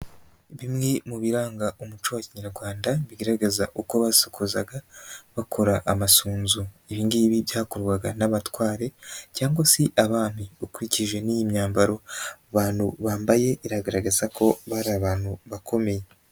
Bimwe mu biranga umuco wa kinyarwanda, bigaragaza uko basokozaga bakora amasunzu, ibingibi byakorwaga n'abatware cyangwa se abami, ukurikije n'iyi myambaro aba bantu bambaye igaragaza ko bari abantu bakomeye.